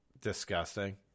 disgusting